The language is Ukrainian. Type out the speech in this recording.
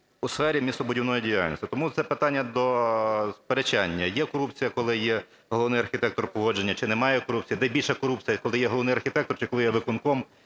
у сфері містобудівної діяльності. Тому це питання до сперечання: є корупція, коли є головний архітектор погодження, чи немає корупції, де більша корупція, коли є головний архітектор, чи коли є виконком?